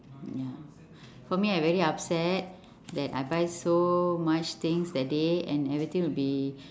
ya for me I very upset that I buy so much things that day and everything will be